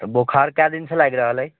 तऽ बोखार कए दिनसँ लागि रहल अइ